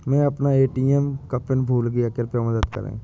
मै अपना ए.टी.एम का पिन भूल गया कृपया मदद करें